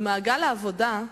במעגל העבודה,